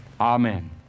Amen